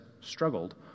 struggled